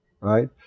right